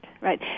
right